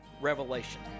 revelation